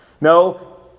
No